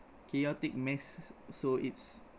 chaotic mess so it's